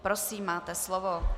Prosím, máte slovo.